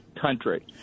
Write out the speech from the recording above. country